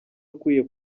akwiye